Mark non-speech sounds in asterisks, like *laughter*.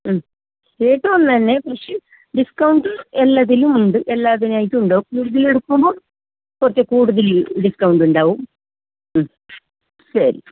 റേറ്റും ഒന്നന്നെ പക്ഷെ ഡിസ്കൗണ്ട് എല്ലാത്തിലും ഉണ്ട് എല്ലാത്തിനായിട്ടും ഉണ്ട് *unintelligible* എടുക്കുമ്പോൾ കുറച്ചു കൂടുതൽ ഡിസ്കൗണ്ട് ഉണ്ടാകും ശരി